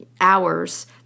hours